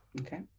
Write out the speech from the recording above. Okay